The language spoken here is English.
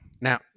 now